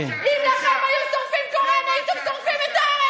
אם לכם היו שורפים קוראן, הייתם שורפים את הארץ.